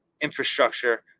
infrastructure